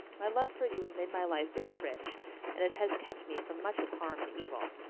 my love for you has made my life very rich and it has kept me from much of harm and evil.